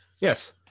Yes